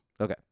Okay